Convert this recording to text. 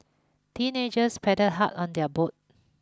teenagers paddled hard on their boat